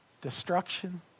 destruction